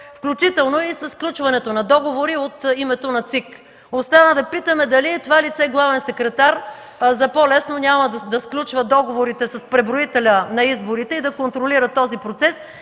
включително и със сключването на договори от името на ЦИК. Остана да питаме: дали това лице – главен секретар, за по-лесно няма да сключва договорите с преброителя на изборите и да контролира този процес?